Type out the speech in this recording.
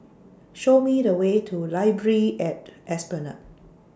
Show Me The Way to Library At Esplanade